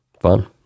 fun